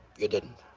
you didn't.